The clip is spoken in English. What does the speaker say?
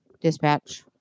dispatch